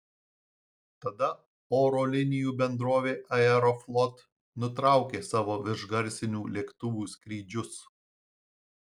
tada oro linijų bendrovė aeroflot nutraukė savo viršgarsinių lėktuvų skrydžius